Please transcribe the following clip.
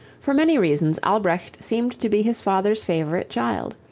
for many reasons albrecht seemed to be his father's favorite child.